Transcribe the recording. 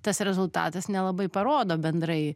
tas rezultatas nelabai parodo bendrai